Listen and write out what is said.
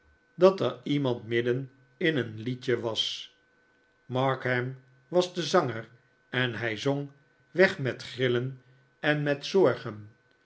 dat er iemand midden in een liedje was markham was de zanger en hij zong weg met grillen en met zorgen